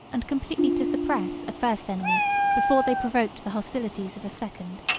and completely to suppress a first enemy before they provoked the hostilities of a second.